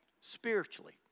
spiritually